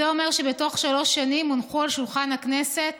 אומר שבתוך שלוש שנים הונחו על שולחן הכנסת